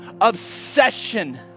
obsession